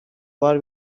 what